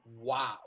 wow